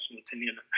opinion